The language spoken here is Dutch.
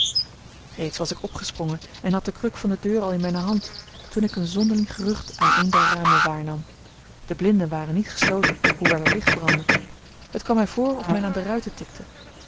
reeds was ik opgesprongen en had de kruk van de deur al in mijne hand toen ik een zonderling gerucht aan een der ramen waarnam de blinden waren niet gesloten hoewel er licht brandde het kwam mij voor of men aan de ruiten tikte